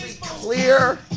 clear